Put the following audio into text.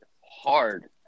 hard